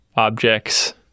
Objects